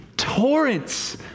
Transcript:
torrents